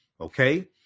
okay